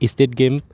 state game